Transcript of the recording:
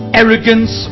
arrogance